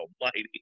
almighty